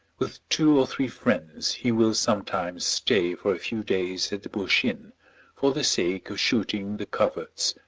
with two or three friends, he will sometimes stay for a few days at the bush inn for the sake of shooting the coverts.